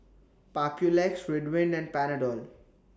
Papulex Ridwind and Panadol